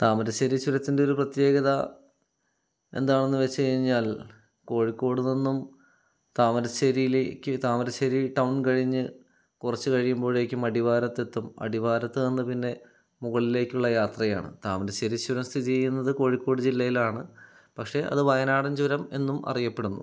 താമരശ്ശേരി ചുരത്തിൻ്റെ ഒരു പ്രത്യേകത എന്താണെന്ന് വെച്ചു കഴിഞ്ഞാൽ കോഴിക്കോട് നിന്നും താമരശ്ശേരിയിലേക്ക് താമരശ്ശേരി ടൗൺ കഴിഞ്ഞ് കുറച്ചു കഴിയുമ്പോഴേക്കും അടിവാരത്തെത്തും അടിവാരത്തു നിന്നു പിന്നെ മുകളിലേക്കുള്ള യാത്രയാണ് താമരശ്ശേരി ചുരം സ്ഥിതി ചെയ്യുന്നത് കോഴിക്കോട് ജില്ലയിലാണ് പക്ഷെ അത് വയനാടൻ ചുരം എന്നും അറിയപ്പെടുന്നു